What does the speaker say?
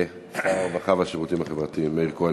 שר הרווחה והשירותים החברתיים מאיר כהן,